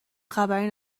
خبری